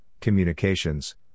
communications